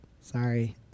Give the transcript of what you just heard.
Sorry